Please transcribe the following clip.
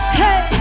hey